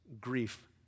grief